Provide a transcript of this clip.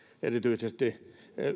erityisesti